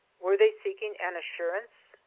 were they seeking an assurance?